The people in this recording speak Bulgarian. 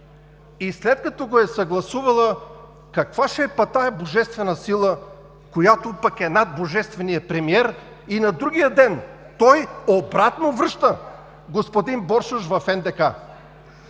След като го е съгласувала, каква ще е тази божествена сила, която пък е над божествения премиер, а на другия ден той обратно връща господин Боршош в НДК,